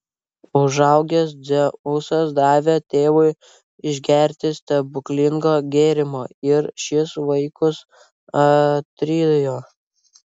užaugęs dzeusas davė tėvui išgerti stebuklingo gėrimo ir šis vaikus atrijo